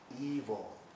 evil